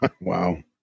Wow